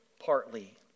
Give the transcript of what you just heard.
partly